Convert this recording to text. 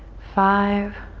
five,